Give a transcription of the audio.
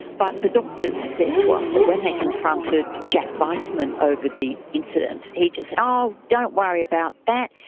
but the doctors said to us that when they confronted jack vaisman over the incident, he just said, oh don't worry about that.